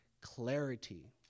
clarity